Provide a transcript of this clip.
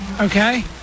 okay